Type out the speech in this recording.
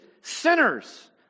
sinners